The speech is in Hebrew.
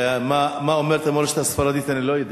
מה אומרת המורשת הספרדית אני לא יודע.